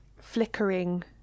flickering